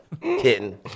kitten